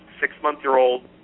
six-month-year-old